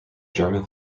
german